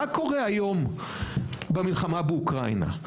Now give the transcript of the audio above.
מה קורה היום במלחמה באוקראינה?